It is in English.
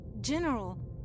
General